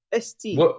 ST